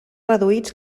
reduïts